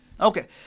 Okay